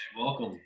Welcome